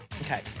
Okay